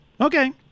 Okay